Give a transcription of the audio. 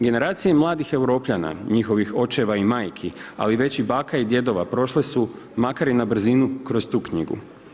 Generacije mladih Europljana, njihovih očeva i majke, ali već i baka i djedova, prošle su makar i na brzinu kroz tu knjigu.